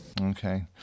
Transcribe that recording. Okay